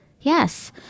Yes